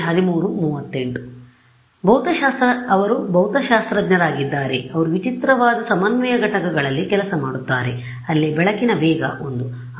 ಹೌದು ಅವರು ಭೌತಶಾಸ್ತ್ರಜ್ಞರಾಗಿದ್ದಾರೆ ಅವರು ವಿಚಿತ್ರವಾದ ಸಮನ್ವಯ ಘಟಕಗಳಲ್ಲಿ ಕೆಲಸ ಮಾಡುತ್ತಾರೆ ಅಲ್ಲಿ ಬೆಳಕಿನ ವೇಗ 1